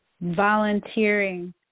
Volunteering –